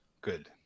Good